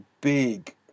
big